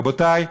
רבותי,